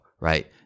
right